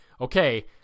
okay